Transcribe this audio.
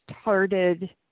started